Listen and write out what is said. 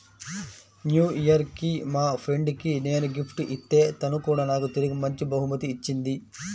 new year కి మా friend కి నేను గిఫ్ట్ ఇత్తే తను కూడా నాకు తిరిగి మంచి బహుమతి ఇచ్చింది